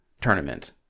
tournament